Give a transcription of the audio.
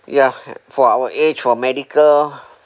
yeah for our age for medical